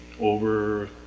over